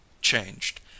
changed